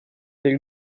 del